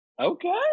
Okay